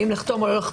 האם לחתום או לא,